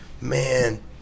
man